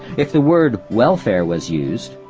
if the word welfare was used,